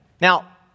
Now